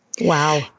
Wow